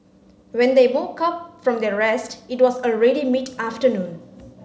when they woke up from their rest it was already mid afternoon